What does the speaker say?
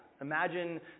Imagine